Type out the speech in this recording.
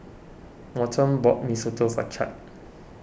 Morton bought Mee Soto for Chadd